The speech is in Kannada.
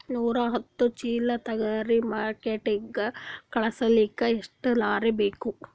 ನೂರಾಹತ್ತ ಚೀಲಾ ತೊಗರಿ ಮಾರ್ಕಿಟಿಗ ಕಳಸಲಿಕ್ಕಿ ಎಷ್ಟ ಲಾರಿ ಬೇಕು?